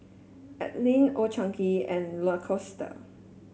Anlene Old Chang Kee and Lacoste